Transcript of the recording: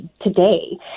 today